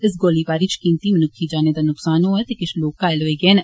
इस गोलीबारी च कीमती मनुक्खी जानें दा नुक्सान होआ ऐ ते किश लोक घायल होई गे न